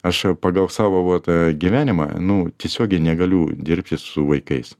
aš pagal savo vat gyvenimą nu tiesiogiai negaliu dirbti su vaikais